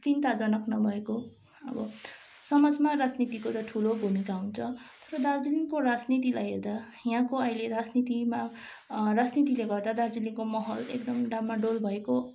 चिन्ताजनक नभएको हो अब समाजमा राजनीतिको त ठुलो भूमिका हुन्छ तर दार्जिलिङको राजनीतिलाई हेर्दा यहाँको अहिले राजनीतिमा राजनीतिले गर्दा दार्जिलिङको माहोल एकदमै डामाडोल भएको